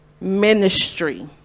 ministry